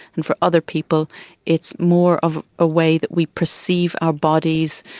and for other people it's more of a way that we perceive our bodies.